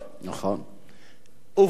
אנשים ממעגל העבודה,